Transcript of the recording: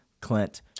clint